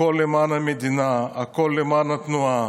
הכול למען המדינה, הכול למען התנועה,